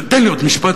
תן לי עוד משפט,